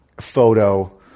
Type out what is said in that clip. photo